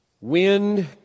Wind